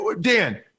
Dan